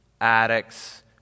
addicts